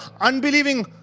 unbelieving